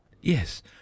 Yes